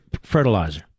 fertilizer